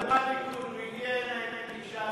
לא את ולא אני נקבע,